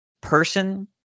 person